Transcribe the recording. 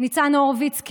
ניצן הורוביץ,